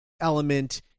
element